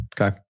okay